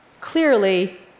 Clearly